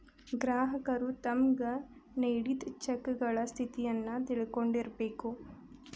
ಗ್ರಾಹಕರು ತಮ್ಗ್ ನೇಡಿದ್ ಚೆಕಗಳ ಸ್ಥಿತಿಯನ್ನು ತಿಳಕೊಂಡಿರ್ಬೇಕು